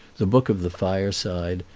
the book of the fireside,